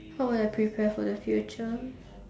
how will I prepare for the future